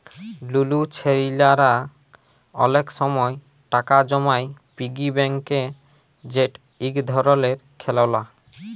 লুলু ছেইলারা অলেক সময় টাকা জমায় পিগি ব্যাংকে যেট ইক ধরলের খেললা